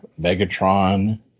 Megatron